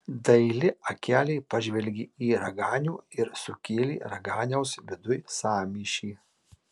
daili akelė pažvelgė į raganių ir sukėlė raganiaus viduj sąmyšį